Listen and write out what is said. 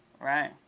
right